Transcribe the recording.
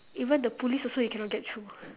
even the police also you cannot get through